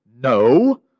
No